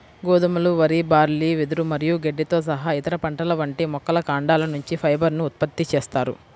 గోధుమలు, వరి, బార్లీ, వెదురు మరియు గడ్డితో సహా ఇతర పంటల వంటి మొక్కల కాండాల నుంచి ఫైబర్ ను ఉత్పత్తి చేస్తారు